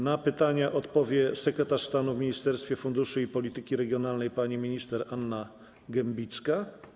Na pytanie odpowie sekretarz stanu w Ministerstwie Funduszy i Polityki Regionalnej pani minister Anna Gembicka.